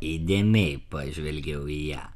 įdėmiai pažvelgiau į ją